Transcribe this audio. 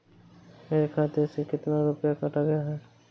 मेरे खाते से कितना रुपया काटा गया है?